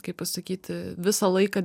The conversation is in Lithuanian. kaip pasakyti visą laiką